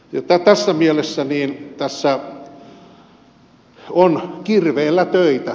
tässä mielessä tässä hallinnossa on kirveellä töitä